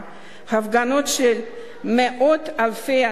הפגנות של מאות אלפי אנשים,